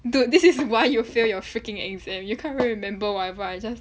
dude this is why you fail your freaking exam you can't even remember whatever I just